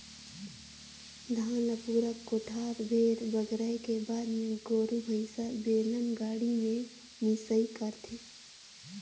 धान ल पूरा कोठार भेर बगराए के बाद मे गोरु भईसा, बेलन गाड़ी में मिंसई करथे